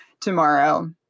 tomorrow